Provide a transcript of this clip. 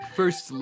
first